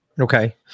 Okay